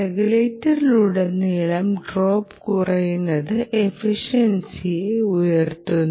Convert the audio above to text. റെഗുലേറ്ററിലുടനീളം drop കുറയുന്നത് എഫിഷൻസിയെ ഉയർത്തുന്നു